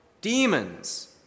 demons